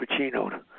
Pacino